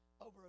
over